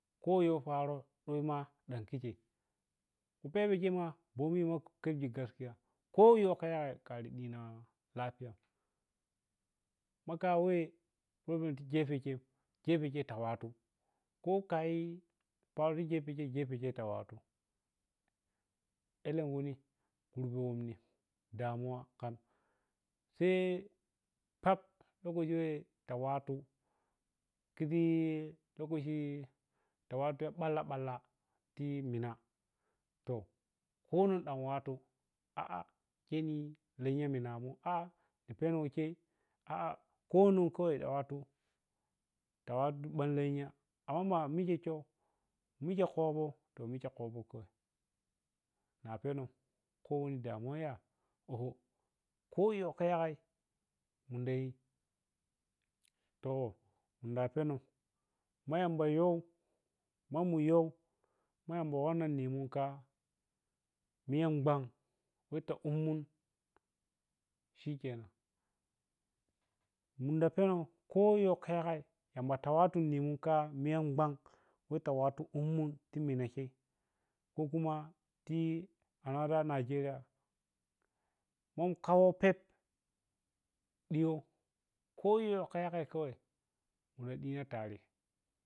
Khoyo paroh ɗoma ɓak khi khei, khupebe khema bomi ma kheddi gaskiya kho kha yagai khari ɗina lafiyan makha weh bomi ta gepegei gepegei ta wattu kho khayi paroh ta gepe-gei, gepegei ta wattu alenkhu ni kurbo womni damuwa khan sai pep lokaci khei ta wattu khigi lokaci ta wattu ɓala-ɓalla ti minah to ponah khan wattu a’a khemina, lenyamu minamuh a’a ni penoh khei a’a kho non khei ta wattu ta wattu ɓak lenya amma ma mukhe cho mukhe khoɓo ta mikhe khobo khwai na pennoh kho wani damuwa ya oho, khoyo khaya yagai munda yi to na penon ma, yamba yoh, mamu yoh, ma yamba wanna nimun kha niyangwan wata ummun shikenan munda penan kho yoh khayi ta yagai yamba ta wattu nimum kha miyagwan we kha wattu ummun ti minangei kuho kuma ti another nigeria munkawo pep ɗiyo kho khayo yagai khawai muri ɗina tare.